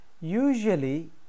Usually